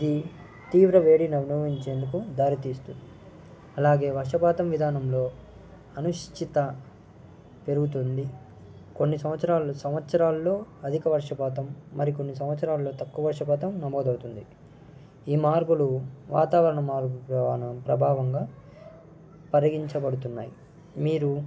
ఇది తీవ్ర వేడిని అనుభవించేందుకు దారి తీస్తుంది అలాగే వర్షపాతం విధానంలో అనుశ్చిత పెరుగుతుంది కొన్ని సంవత్సరాలు సంవత్సరాలలో అధిక వర్షపాతం మరి కొన్ని సంవత్సరాలలో తక్కువ వర్షపాతం నమోదు అవుతుంది ఈ మార్పులు వాతావరణ మార్పు ప్రభావంగా పరిగణించబడుతున్నాయి మీరు